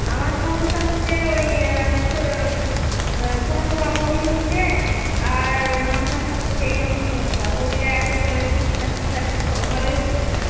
আমার সমস্যা হচ্ছে ওই সো সব সময় বমি হচ্ছে আর মাথা ব্যথা করছে এই রকম সমস্যা বমিটা এতো মানে ওষুধ খাচ্ছি ই খাচ্ছি ভ ভালোই হচ্ছে না